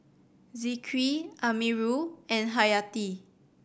Zikri Amirul and Hayati